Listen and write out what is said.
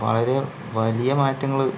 വളരേ വലിയ മാറ്റങ്ങള്